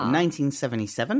1977